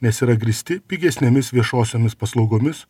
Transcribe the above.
nes yra grįsti pigesnėmis viešosiomis paslaugomis